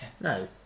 No